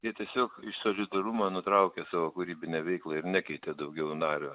jie tiesiog iš solidarumo nutraukė savo kūrybinę veiklą ir nekeitė daugiau nario